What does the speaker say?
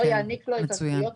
לא יעניק לו את התביעות.